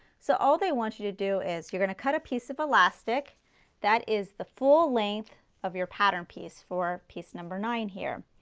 so all they want you to do is, you're going to cut a piece of elastic that is the full length of your pattern piece for piece number nine here.